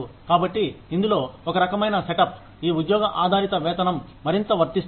కాబట్టి ఇందులో ఒక రకమైన సెటప్ ఈ ఉద్యోగ ఆధారిత వేతనం మరింత వర్తిస్తుంది